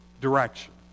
direction